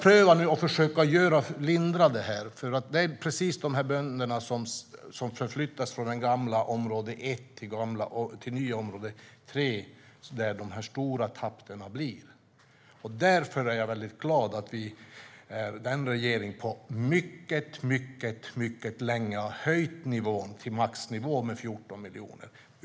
Vi ska nu försöka lindra detta. Det är precis bland de bönder som förflyttas från det gamla område 1 till det nya område 3 som de stora tappen blir. Därför är jag glad att vi är den första regering på mycket länge som har höjt nivån till maxnivån med 14 miljoner.